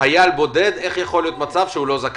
שחייל בודד לא זכאי?